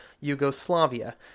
Yugoslavia